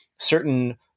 certain